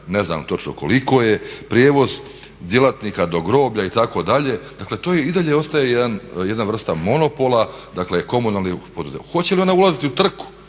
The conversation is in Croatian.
ne znam točno koliko je, prijevoz djelatnika do groblja itd.. Dakle to i dalje ostaje jedna vrsta monopola, dakle komunalnog poduzeća. Hoće li ona ulaziti u trku,